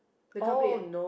the car plate